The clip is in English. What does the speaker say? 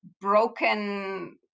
broken